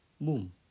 boom